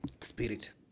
spirit